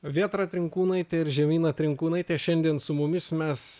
vėtra trinkūnaitė ir žemyna trinkūnaitė šiandien su mumis mes